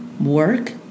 work